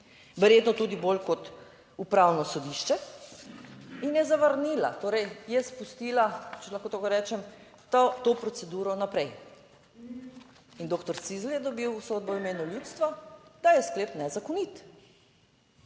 verjetno tudi bolj kot Upravno sodišče, in je zavrnila, torej je spustila, če lahko tako rečem, to proceduro naprej. In doktor Cizelj je dobil sodbo v imenu ljudstva, da je sklep nezakonit.